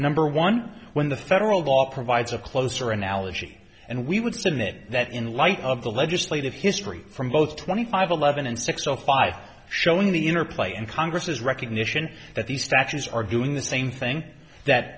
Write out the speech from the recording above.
number one when the federal law provides a closer analogy and we would submit that in light of the legislative history from both twenty five eleven and six o five showing the interplay in congress's recognition that these factions are doing the same thing that